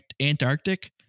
Antarctic